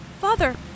Father